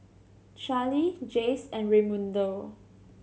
Charley Jace and Raymundo